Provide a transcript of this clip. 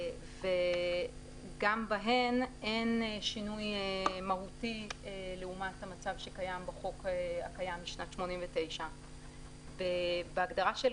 גם בהן אין שינוי מהותי לעומת המצב שקיים בחוק הקיים משנת 89'. בהגדרה של